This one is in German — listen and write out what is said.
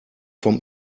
vom